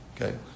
Okay